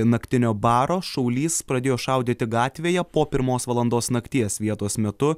naktinio baro šaulys pradėjo šaudyti gatvėje po pirmos valandos nakties vietos metu